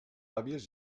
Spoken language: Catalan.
àvies